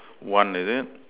one is it